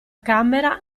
camera